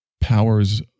powers